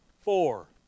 Four